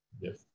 Yes